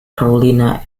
carolina